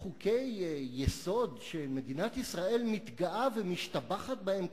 חוקי-יסוד שמדינת ישראל מתגאה ומשבחת בהם,